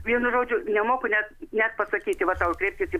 vienu žodžiu nemoku net net pasakyti vat tau ir kreipkis į